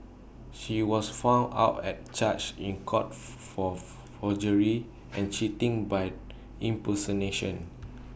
she was found out at charged in court for forgery and cheating by impersonation